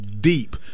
deep –